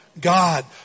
God